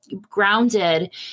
grounded